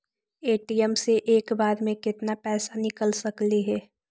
ATM से एक बार मे केत्ना पैसा निकल सकली हे?